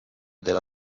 della